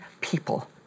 people